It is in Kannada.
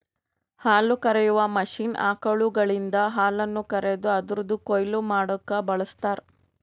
ಹಾಲುಕರೆಯುವ ಮಷೀನ್ ಆಕಳುಗಳಿಂದ ಹಾಲನ್ನು ಕರೆದು ಅದುರದ್ ಕೊಯ್ಲು ಮಡ್ಲುಕ ಬಳ್ಸತಾರ್